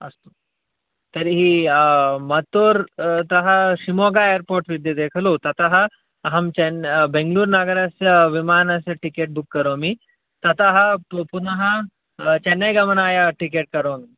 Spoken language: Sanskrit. अस्तु तर्हि मत्तूर्तः शिमोगा एर्पोर्ट् विद्यते खलु ततः अहं चेन् बेङ्गलुरुनगरस्य विमानस्य टिकेट् बुक् करोमि ततः पुनः चेन्नैगमनाय टिकेट् करोमि